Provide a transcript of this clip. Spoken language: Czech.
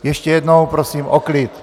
Ještě jednou prosím o klid.